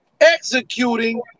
executing